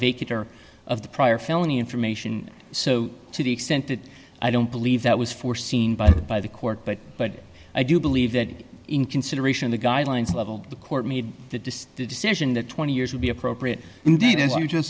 are of the prior felony information so to the extent that i don't believe that was foreseen by the by the court but but i do believe that in consideration the guidelines level the court made the decision that twenty years would be appropriate indeed as